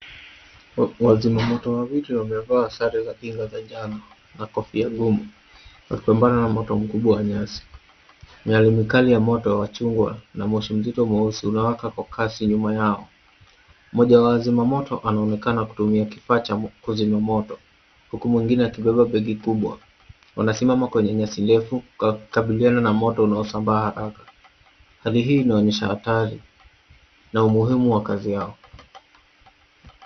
Wazima moto wawili wamevaa sare za kinga za njano na kofia ngumu, wakipambana na moto mkubwa wa nyasi. Miyale mikali ya moto ya chungwa na moshi mzito mweusi unawaka kwa kasi nyuma yao. Mmoja wa wazima moto anaonekana kutumia kifaa cha kuzima moto, huku mwingine akibeba begi kubwa. Wanasimama kwenye nyasi ndefu kukabiliana na moto unaosambaa haraka. Hali hii inaonyesha hatari na umuhimu wa kazi yao.